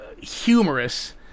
humorous